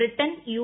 Britain U